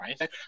right